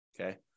Okay